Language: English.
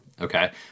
okay